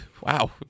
wow